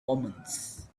omens